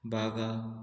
Baga